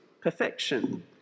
perfection